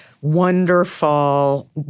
wonderful